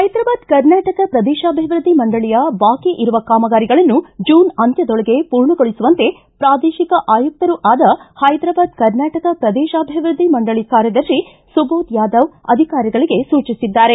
ಹೈದ್ರಾಬಾದ್ ಕರ್ನಾಟಕ ಪ್ರದೇಶಾಭಿವೃದ್ಧಿ ಮಂಡಳಿಯ ಬಾಕಿಯಿರುವ ಕಾಮಗಾರಿಗಳನ್ನು ಜೂನ್ ಅಂತ್ಯದೊಳಗೆ ಪೂರ್ಣಗೊಳಿಸುವಂತೆ ಪ್ರಾದೇಶಿಕ ಆಯುಕ್ತರೂ ಆದ ಹೈದ್ರಾಬಾದ್ ಕರ್ನಾಟಕ ಪ್ರದೇಶಾಭಿವೃದ್ದಿ ಮಂಡಳಿ ಕಾರ್ಯದರ್ಶಿ ಸುಭೋದ ಯಾದವ್ ಅಧಿಕಾರಿಗಳಿಗೆ ಸೂಚಿಸಿದ್ದಾರೆ